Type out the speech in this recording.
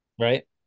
right